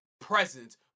presence